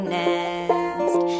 nest